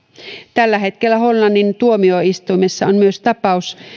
tällä hetkellä hollannin tuomioistuimessa on myös tapaus